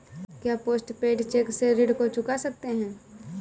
क्या post paid cheque से ऋण को चुका सकते हैं?